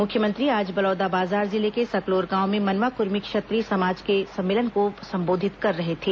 मुख्यमंत्री आज बलौदाबाजार जिले के सकलोर गांव में मनवा कुर्मी क्षत्रिय समाज के सम्मेलन को सम्बोधित कर रहे थे